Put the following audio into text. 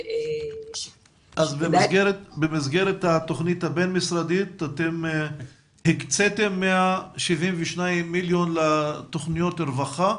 במסגרת התוכנית הבין-משרדית הקציתם 172 מיליון שקלים לתוכנית רווחה.